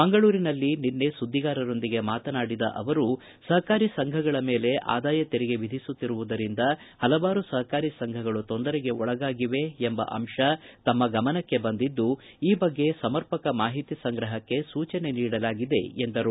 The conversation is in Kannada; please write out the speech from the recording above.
ಮಂಗಳೂರಿನಲ್ಲಿ ನಿನ್ನೆ ಸುದ್ವಿಗಾರರೊಂದಿಗೆ ಮಾತನಾಡಿದ ಅವರು ಸಪಕಾರಿ ಸಂಘಗಳ ಮೇಲೆ ಆದಾಯ ಕೆರಿಗೆ ವಿಧಿಸುತ್ತಿರುವುದರಿಂದ ಪಲವಾರು ಸಹಕಾರಿ ಸಂಘಗಳು ತೊಂದರೆಗೆ ಒಳಗಾಗಿವೆ ಎಂಬ ಅಂಶ ತಮ್ಮ ಗಮನಕ್ಕೆ ಬಂದಿದ್ದು ಈ ಬಗ್ಗೆ ಸಮರ್ಪಕ ಮಾಹಿತಿ ಸಂಗ್ರಹಕ್ಕೆ ಸೂಚನೆ ನೀಡಲಾಗಿದೆ ಎಂದರು